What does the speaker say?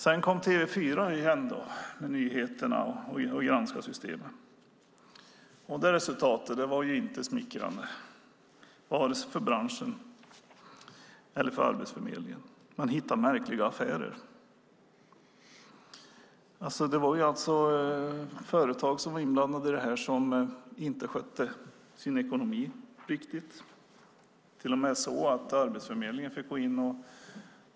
Sedan kom TV4 Nyheterna och granskade systemet. Det resultatet var inte smickrande vare sig för branschen eller för Arbetsförmedlingen. Man hittade märkliga affärer. Där fanns företag som inte skötte sin ekonomi korrekt.